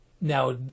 Now